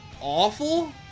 awful